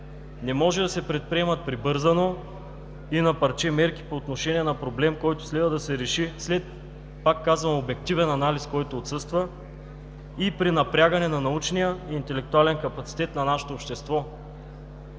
не може да се предприемат прибързано и на парче мерки по отношение на проблем, който следва да се реши след, пак казвам, обективен анализ, който отсъства и при напрягане на научния, интелектуален капацитет на нашето общество.